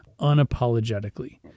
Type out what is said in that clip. unapologetically